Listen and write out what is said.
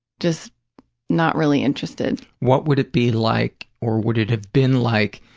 just not really interested. what would it be like, or would it have been like,